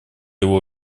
его